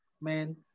Man